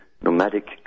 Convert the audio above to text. nomadic